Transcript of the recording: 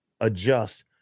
adjust